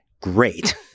great